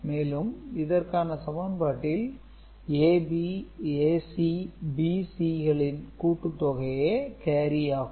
மேலும் இதற்கான சமன்பாட்டில் AB AC BC க்களின் கூட்டுத்தொகையே கேரி ஆகும்